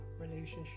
relationship